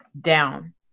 down